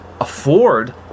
afford